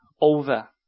over